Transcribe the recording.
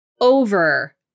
over